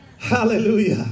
Hallelujah